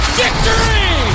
victory